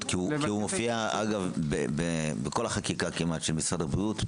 כי הוא מופיע בכל החקיקה כמעט של משרד הבריאות,